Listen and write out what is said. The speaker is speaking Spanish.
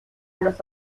los